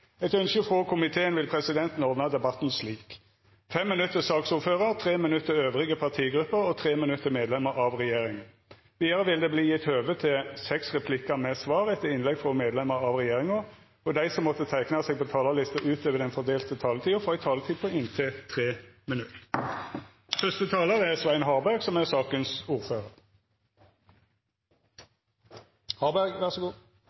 Etter ønske fra kontroll- og konstitusjonskomiteen vil presidenten ordne debatten slik: 5 minutter til saksordføreren, 3 minutter til øvrige partigrupper og 3 minutter til medlemmer av regjeringen. Videre vil det bli gitt anledning til seks replikker med svar etter innlegg fra medlemmer av regjeringen, og de som måtte tegne seg på talerlisten utover den fordelte taletid, får en taletid på inntil 3 minutter. Saken vi nå skal behandle, er en stor sak når det gjelder innhold og antall saker som er